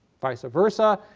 visa versa.